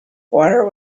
water